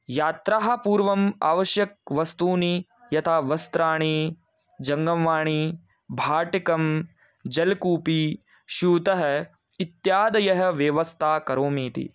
यात्रायाः पूर्वम् आवश्यकवस्तूनि यथा वस्त्राणि जङ्गम्वाणी भाटकं जलकूपी स्यूतः इत्यादयः व्यवस्थां करोमि इति